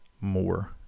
more